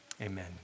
Amen